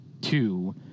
two